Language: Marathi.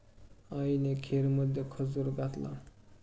आईने खीरमध्ये खजूर घातला